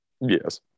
yes